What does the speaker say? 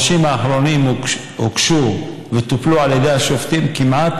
האחרונים הוגשו וטופלו על ידי השופטים כמעט